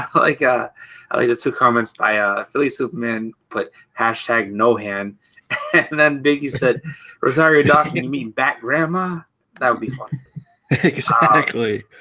um like yeah i mean it's a comments by a philly superman put hashtag no hand and then biggie said rosario doc you mean back grandma that would be fun ah exactly